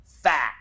Fact